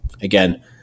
again